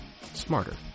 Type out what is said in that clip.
smarter